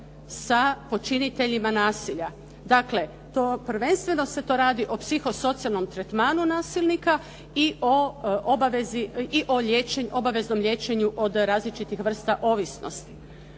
sa počiniteljima nasilja. Dakle, to, prvenstveno se to radi o psiho socijalnom tretmanu nasilnika i o obavezi i o obaveznom liječenju od različitih vrsta ovisnosti.